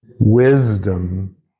Wisdom